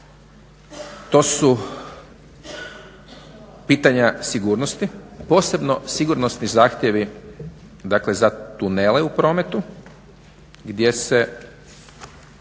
to su pitanja sigurnosti, posebno sigurnosni zahtjevi dakle za tunele u prometu, gdje se